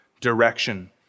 direction